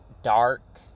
dark